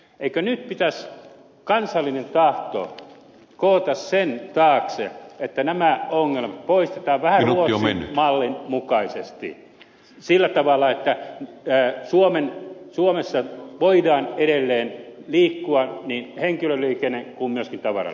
eikö nyt pitäisi kansallinen tahto koota sen taakse että nämä ongelmat poistetaan vähän ruotsin mallin mukaisesti sillä tavalla että suomessa voi edelleen liikkua niin henkilöliikenne kuin myöskin tavaraliikenne